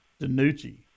DiNucci